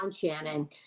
Shannon